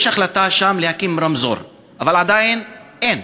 יש החלטה להקים שם רמזור, אבל עדיין אין.